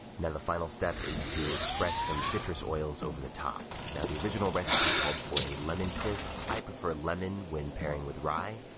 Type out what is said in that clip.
now, the final step is to express some citrus oils over the top. now, the original recipe called for a lemon twist, i prefer lemon when pairing with rye,